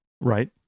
Right